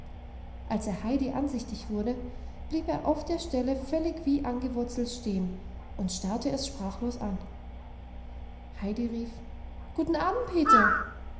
als er heidi ansichtig wurde blieb er auf der stelle völlig wie angewurzelt stehen und starrte es sprachlos an heidi rief guten abend peter